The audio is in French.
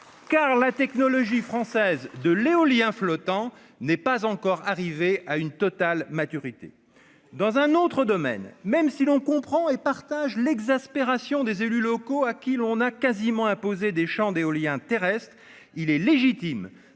car la technologie française de l'éolien flottant n'est pas encore arrivé à une totale maturité dans un autre domaine, même si l'on comprend et partage l'exaspération des élus locaux, à qui l'on a quasiment imposer des champs d'éolien terrestre, il est légitime